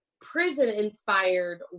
prison-inspired